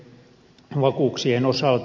sitten vakuuksien osalta